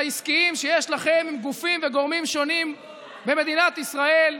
והעסקיים שיש לכם עם גופים וגורמים שונים במדינת ישראל,